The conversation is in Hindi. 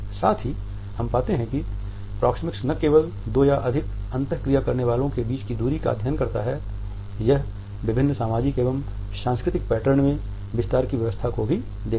साथ ही हम पाते हैं कि प्रॉक्सिमिक्स न केवल दो या अधिक अंतःक्रिया करने वालो के बीच की दूरी का अध्ययन करता है यह विभिन्न सामाजिक एवं सांस्कृतिक पैटर्न में विस्तार की व्यवस्था को भी देखता है